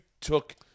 took